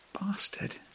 Bastard